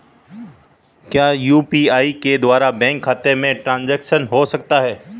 क्या यू.पी.आई के द्वारा बैंक खाते में ट्रैन्ज़ैक्शन हो सकता है?